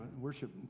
worship